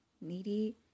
Needy